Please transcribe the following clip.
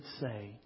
say